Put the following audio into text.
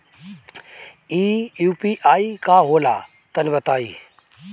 इ यू.पी.आई का होला तनि बताईं?